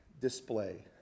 display